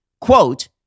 Quote